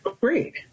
Great